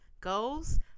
goals